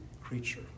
creature